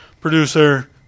producer